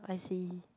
I see